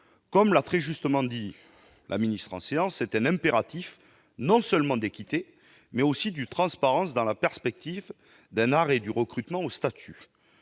Comme l'a très justement dit Mme la ministre en séance :« C'est un impératif non seulement d'équité, mais aussi de transparence, dans la perspective d'un arrêt du recrutement au statut.